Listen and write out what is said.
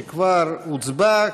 שכבר הוצבע,